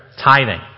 tithing